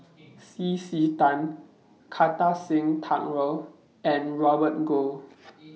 C C Tan Kartar Singh Thakral and Robert Goh